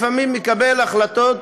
לפעמים הוא מקבל החלטות